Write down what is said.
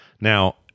Now